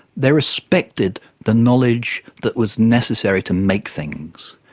they respected the knowledge that was necessary to make things.